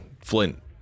Flint